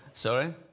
Sorry